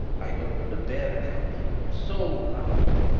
i opened a bear account and sold largely.